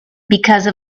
because